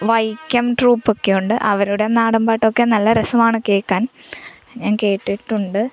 വൈക്കം ട്രൂപ്പൊക്കെ ഉണ്ട് അവരുടെ നാടൻ പാട്ടൊക്കെ നല്ല രസമാണ് കേൾക്കാൻ ഞാൻ കേട്ടിട്ടുണ്ട്